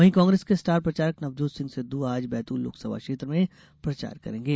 वहीं कांग्रेस के स्टार प्रचारक नवजोत सिंह सिदद्र आज बैतूल लोकसभा क्षेत्र में प्रचार करेंगे